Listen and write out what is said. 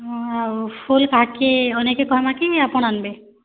ହୁଁ ଆଉ ଫୁଲ୍ କାହାକେ ଅନେଇକେ କହେମା କି ଆପଣ୍ ଆନ୍ବେ